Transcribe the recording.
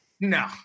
no